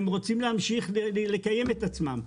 שהם רוצים להמשיך לקיים את עצמם,